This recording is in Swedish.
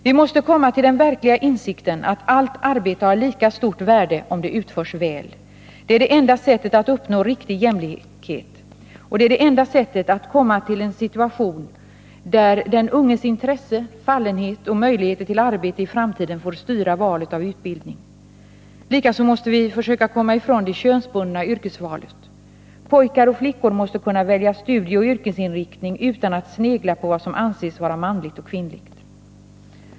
Vi måste komma till den verkliga insikten, att allt arbete har lika stort värde om det utförs väl. Det är det enda sättet att uppnå riktig jämlikhet. Det är det enda sättet att komma till en situation där den unges intresse, fallenhet och möjligheter till arbete i framtiden får styra valet av utbildning. Likaså måste vi försöka komma ifrån det könsbundna yrkesvalet. Pojkar och flickor måste kunna välja studieoch yrkesinriktning utan att snegla på vad som anses vara manligt och kvinnligt.